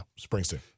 Springsteen